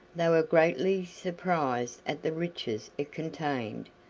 they were greatly surprised at the riches it contained.